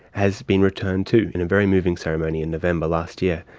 has been returned too, in a very moving ceremony in november last year,